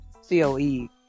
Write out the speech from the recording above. c-o-e